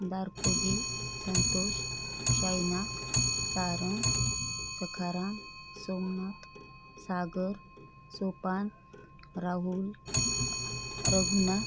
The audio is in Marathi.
दारकोजी संतोष शायनाथ सारंग सखाराम सोमनाथ सागर सोपान राहुल रघुनाथ